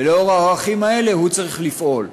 ולאור הערכים האלה הוא צריך לפעול.